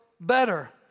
better